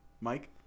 mike